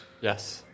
Yes